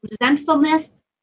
resentfulness